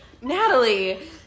Natalie